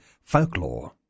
folklore